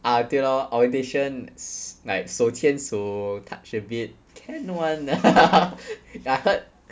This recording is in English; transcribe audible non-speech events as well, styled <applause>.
ah 对 lor orientation s~ like 手牵手 touch a bit can [one] lah <laughs> but I heard